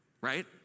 right